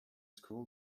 school